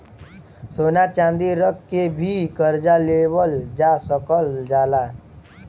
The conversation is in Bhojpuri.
सोना चांदी रख के भी करजा लेवल जा सकल जाला